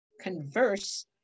converse